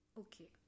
okay